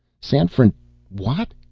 san fran what?